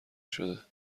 شده